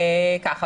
ככה,